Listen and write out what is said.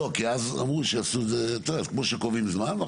אז אמרו לי שיעשו את זה כמו שקובעים זמן.